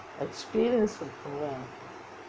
experience இருக்கும்:irukkum lah